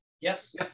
Yes